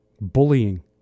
Bullying